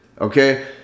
Okay